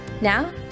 Now